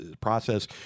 process